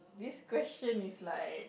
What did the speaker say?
this question is like